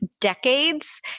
decades